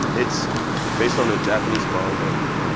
it's based on a japanese manga,